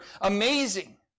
amazing